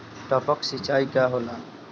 टपक सिंचाई का होला?